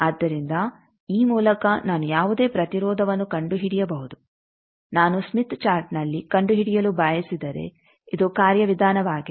ಆದ್ದರಿಂದ ಈ ಮೂಲಕ ನಾನು ಯಾವುದೇ ಪ್ರತಿರೋಧವನ್ನು ಕಂಡುಹಿಡಿಯಬಹುದು ನಾನು ಸ್ಮಿತ್ ಚಾರ್ಟ್ನಲ್ಲಿ ಕಂಡುಹಿಡಿಯಲು ಬಯಸಿದರೆ ಇದು ಕಾರ್ಯವಿಧಾನವಾಗಿದೆ